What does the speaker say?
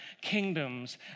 kingdoms